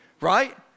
Right